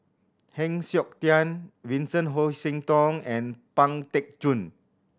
Heng Siok Tian Vincent Hoisington and Pang Teck Joon